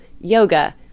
yoga